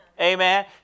Amen